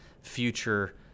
future